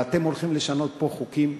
אבל אתם הולכים לשנות פה חוקים,